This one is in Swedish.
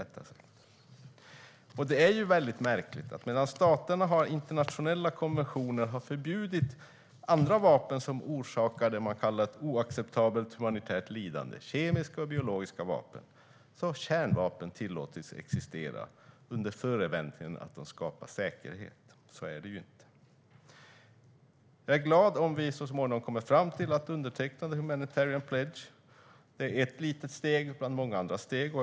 Det är ju väldigt märkligt att medan staterna genom internationella konventioner har förbjudit vapen som orsakar det som man kallar för oacceptabelt humanitärt lidande, alltså kemiska och biologiska vapen, tillåts kärnvapen existera under förevändning att de skapar säkerhet. Så är det ju inte. Jag är glad om vi så småningom kommer fram till att underteckna Humanitarian Pledge. Det är ett litet steg bland många andra steg.